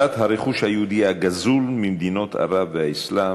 הרכוש היהודי הגזול ממדינות ערב והאסלאם,